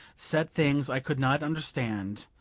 said things i could not understand,